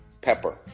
pepper